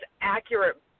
accurate